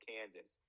Kansas